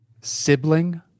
Sibling